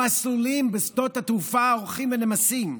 המסלולים בשדות התעופה הולכים ונמסים.